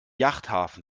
yachthafen